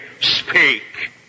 Speak